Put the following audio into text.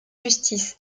justice